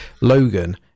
Logan